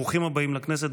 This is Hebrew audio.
ברוכים הבאים לכנסת.